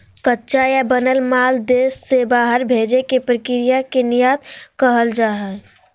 कच्चा या बनल माल देश से बाहर भेजे के प्रक्रिया के निर्यात कहल जा हय